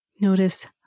Notice